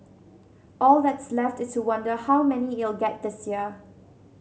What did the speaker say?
all that's left is to wonder how many it'll get this year